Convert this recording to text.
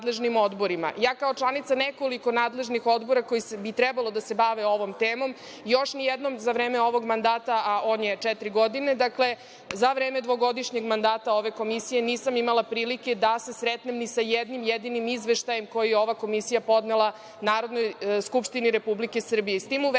Kao članica nekoliko nadležnih odbora koji bi trebalo da se bave ovom temom ja još ni jednom za vreme ovog mandata, a on je četiri godine, dakle, za vreme dvogodišnjeg mandata ove Komisije nisam imala prilike da se sretnem ni sa jednim jedinim izveštajem koji je ova Komisija podnela Narodnoj skupštini Republike Srbije.S